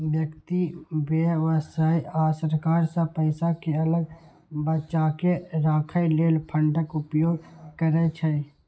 व्यक्ति, व्यवसाय आ सरकार सब पैसा कें अलग बचाके राखै लेल फंडक उपयोग करै छै